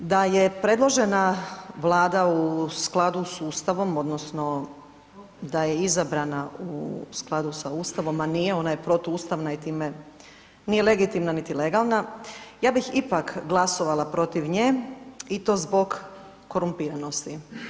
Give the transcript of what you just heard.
Da je predložena Vlada u skladu s Ustavom, odnosno da je izabrana u skladu sa Ustavom, a nije, ona je protuustavna i time nije legitimna niti legalna, ja bih ipak glasovala protiv nje i to zbog korumpiranosti.